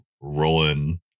rolling